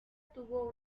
tuvo